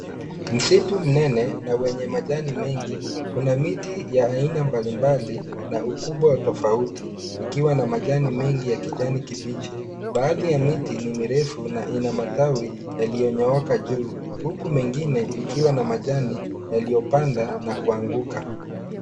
Msitu mnene na wenye majani mengi, kuna miti ya aina mbalimbali na ukubwa wa tofauti likiwa na majani mengi ya kijani kibichi. Baadhi ya miti ni mirefu na ina matawi yaliyo nyooka juu, huku mengine ikiwa na majani yaliyopanda na kuangua.